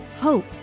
hope